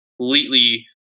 completely